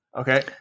Okay